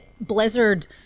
Blizzard